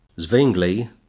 zwingli